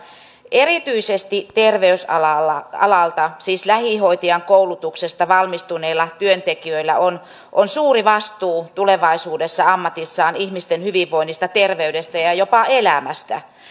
erityisesti terveysalalta siis lähihoitajan koulutuksesta valmistuneilla työntekijöillä on suuri vastuu tulevaisuudessa ammatissaan ihmisten hyvinvoinnista terveydestä ja ja jopa elämästä